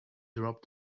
dropped